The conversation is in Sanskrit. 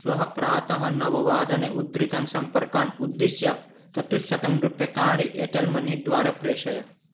श्वः प्रातः नववादने उद्दृतान् सम्पर्कान् उद्दिश्य चतुश्शतरूप्यकाणि एर्टेल् मनी द्वारा प्रेषय